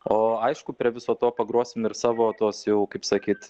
o aišku prie viso to pagrosim ir savo tuos jau kaip sakyt